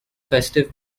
festive